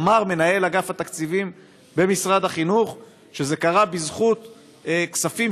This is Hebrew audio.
ואמר מנהל אגף התקציבים במשרד החינוך שזה קרה בזכות כספים